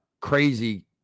crazy